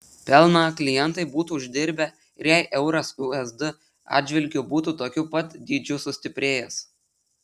pelną klientai būtų uždirbę ir jei euras usd atžvilgiu būtų tokiu pat dydžiu sustiprėjęs